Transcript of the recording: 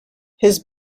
his